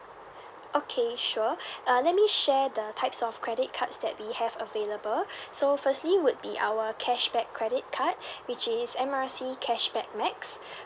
okay sure uh let me share the types of credit cards that we have available so firstly would be our cashback credit card which is M R C cashback max